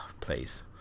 please